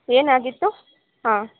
ಏನಾಗಿತ್ತು ಹಾಂ